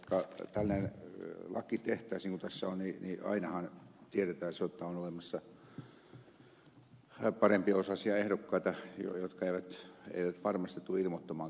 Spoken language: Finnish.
vaikka tällainen laki tehtäisiin kuin tässä on niin ainahan tiedetään jotta on olemassa parempiosaisia ehdokkaita jotka eivät varmasti tule ilmoittamaan kaikkea